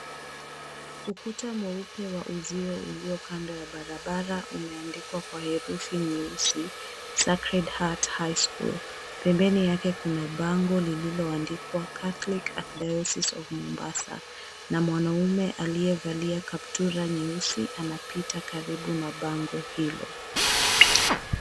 Ukuta mweupe wa uzio uliokando ya barabara umeandikwa kwa herufi nyeusi, "SACRED HEART HIGH SCHOOL". Pembeni yake kuna bando lililoandikwa, "CATHOLIC ARCHDIOSCES OF MOMBASA" na mwanaume aliyevalia kaptura nyeusi anapita karibu na bango hilo.